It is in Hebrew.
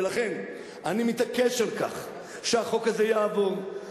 ולכן אני מתעקש על כך שהחוק הזה יעבוד,